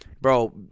bro